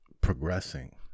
progressing